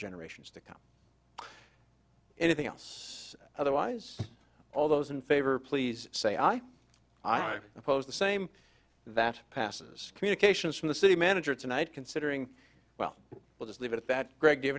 generations to come anything else otherwise all those in favor please say i oppose the same that passes communications from the city manager tonight considering well we'll just leave it at that greg give